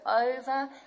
over